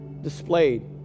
displayed